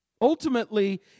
Ultimately